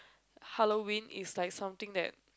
Halloween is like something that